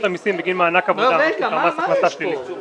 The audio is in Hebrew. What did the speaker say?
המיסים בגין מענק עבודה מס הכנסה שלילי.